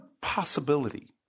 possibility